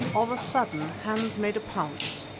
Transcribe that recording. of a sudden hans made a pounce,